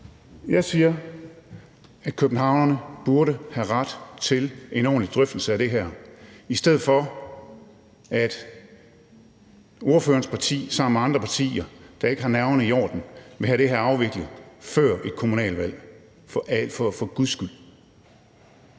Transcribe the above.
Jeg siger, at københavnerne burde have ret til en ordentlig drøftelse af det her, i stedet for at ordførerens parti sammen med andre partier, der ikke har nerverne i orden, for guds skyld vil have det her afviklet før et kommunalvalg. Kl. 21:34 Formanden (Henrik